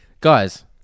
Guys